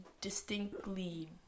distinctly